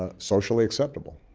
ah socially acceptable.